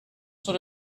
sort